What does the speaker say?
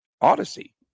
Odyssey